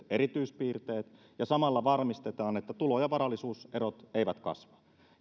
erityispiirteet ja samalla varmistetaan että tulo ja varallisuuserot eivät kasva